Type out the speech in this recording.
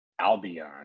Albion